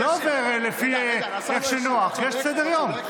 זה לא עובד לפי איך שנוח, יש סדר-יום.